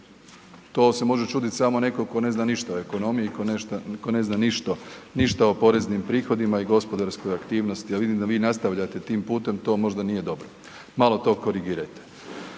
To se može čuditi samo netko tko ne zna ništa o ekonomiji, tko ne zna ništa o poreznim prihodima i gospodarskoj aktivnosti, a vidim da vi nastavljate tim putem, to možda nije dobro, malo to korigirajte.